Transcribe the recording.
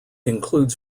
includes